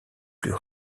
plus